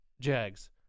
Jags